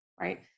Right